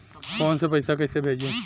Phone से पैसा कैसे भेजी?